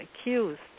accused